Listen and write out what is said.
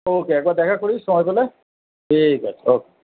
ওকে একবার দেখা করিস সময় পেলে ঠিক আছে ওকে